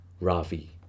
Ravi